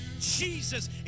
Jesus